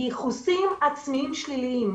ייחוסים עצמיים שליליים.